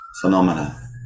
phenomena